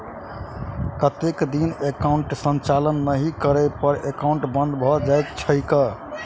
कतेक दिन एकाउंटक संचालन नहि करै पर एकाउन्ट बन्द भऽ जाइत छैक?